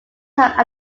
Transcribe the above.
have